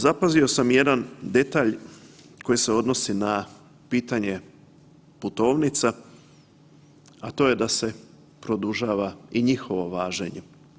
Zapazio sam i jedan detalj koji se odnosi na pitanje putovnica, a to je da se produžava i njihovo važenje.